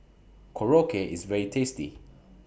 Korokke IS very tasty